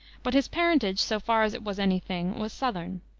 but his parentage, so far as it was any thing, was southern.